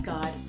God